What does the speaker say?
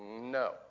No